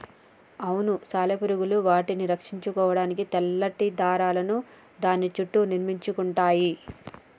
అవును సాలెపురుగులు వాటిని రక్షించుకోడానికి తెల్లటి దారాలను దాని సుట్టూ నిర్మించుకుంటయ్యి